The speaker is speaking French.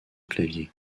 clavier